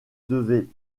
devait